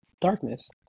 darkness